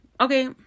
okay